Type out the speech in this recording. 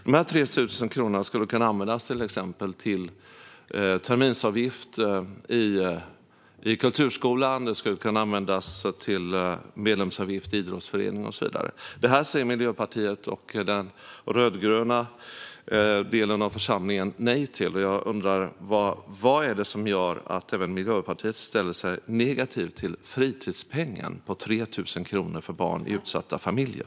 De här 3 000 kronorna ska kunna användas till exempelvis terminsavgift till kulturskolan, medlemsavgift till en idrottsförening och så vidare. Detta säger Miljöpartiet och den rödgröna delen av församlingen nej till. Jag undrar vad det är som gör att även Miljöpartiet ställer sig negativt till fritidspengen på 3 000 kronor för barn i utsatta familjer.